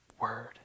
word